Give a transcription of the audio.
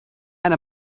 and